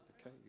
okay